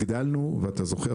הגדלנו ואתה זוכר,